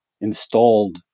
installed